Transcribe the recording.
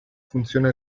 funzione